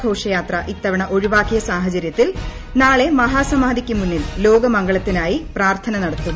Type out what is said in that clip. ഘോഷയാത്ര ഇത്തവണ ഒഴിവാക്കിയ സാഹചരൃത്തിൽ നാളെ മഹാസമാധിക്ക് മുന്നിൽ ലോകമംഗളത്തിനായി പ്രാർത്ഥന നടത്തും